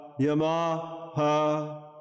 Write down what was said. yamaha